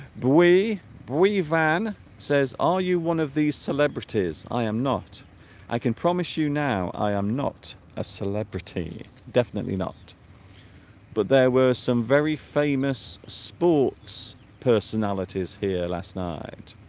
we we've an says are you one of these celebrities i am not i can promise you now i am not a celebrity definitely not but there were some very famous sports personalities here last night